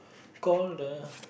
call the